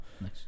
Nice